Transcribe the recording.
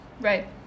right